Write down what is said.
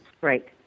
Right